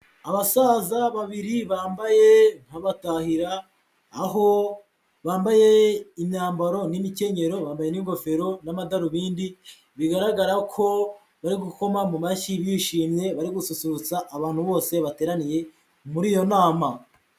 Abasaza babiri bambaye nk'abatahira, aho bambaye imyambaro n'imikenyerero, bambaye n'ingofero n'amadarubindi bigaragara ko bari gukoma mu mashyi bishimye, bari gususurutsa abantu bose bateraniye muri iyo nama.